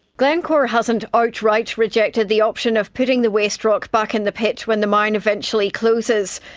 glencore hasn't outright rejected the option of putting the waste rock back in the pit when the mine eventually closes.